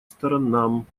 сторонам